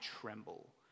tremble